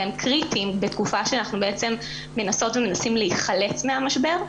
והם קריטיים בתקופה שאנחנו מנסות ומנסים להיחלץ מהמשבר.